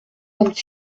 vingt